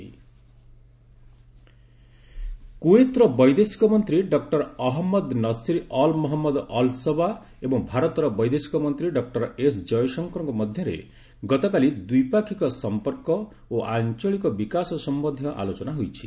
India Kuwait କ୍ରଏତ୍ର ବୈଦେଶିକ ମନ୍ତ୍ରୀ doctor Ahmad Nasser Al Mohammed Al Sabah ଏବଂ ଭାରତର ବୈଦେଶିକ ମନ୍ତ୍ରୀ ଡକ୍କର ଏସ୍ ଜୟଶଙ୍କରଙ୍କ ମଧ୍ୟରେ ଗତକାଲି ଦ୍ୱିପାକ୍ଷିକ ସମ୍ପର୍କ ଓ ଆଞ୍ଚଳିକ ବିକାଶ ସମ୍ୟନ୍ଧୀୟ ଆଲୋଚନା ହୋଇଛି